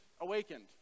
Awakened